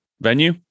venue